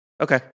Okay